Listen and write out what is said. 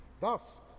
Thus